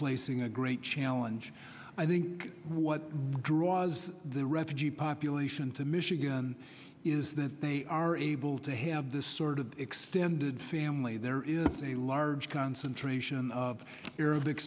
placing a great challenge i think what draws the refugee population to michigan is that they are able to have this sort of extended family there is a large concentration of her